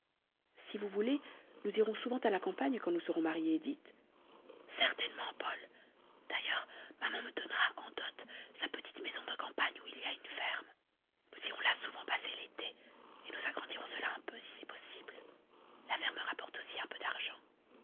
si vous voulez nous irons souvent à la campagne quand nous serons mariés dites certainement paul d'ailleurs maman me donnera en dot sa petite maison de campagne où il y a une ferme nous irons là souvent passer l'été et nous agrandirons cela un peu si c'est possible la ferme rapporte aussi un peu d'argent